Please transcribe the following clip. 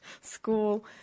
school